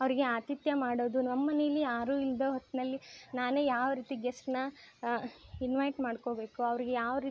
ಅವ್ರಿಗೆ ಆಥಿತ್ಯ ಮಾಡೋದು ನಮ್ಮ ಮನೇಲಿ ಯಾರೂ ಇಲ್ಲದ ಹೊತ್ತಿನಲ್ಲಿ ನಾನೇ ಯಾವ ರೀತಿ ಗೆಸ್ಟ್ನ ಇನ್ವೈಟ್ ಮಾಡ್ಕೊಳ್ಬೇಕು ಅವ್ರ್ಗೆ ಯಾವ ರೀತಿ